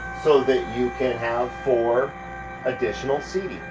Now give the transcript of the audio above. so that you can have four additional seats.